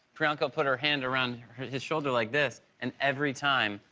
priyanka put her hand around his shoulder like this and every time,